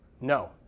No